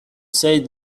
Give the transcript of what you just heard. said